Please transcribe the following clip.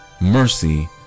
mercy